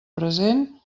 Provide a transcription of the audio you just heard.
present